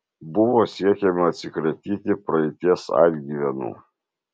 buvo siekiama atsikratyti praeities atgyvenų